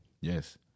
Yes